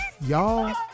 Y'all